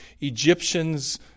Egyptians